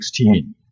16